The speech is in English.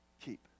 keep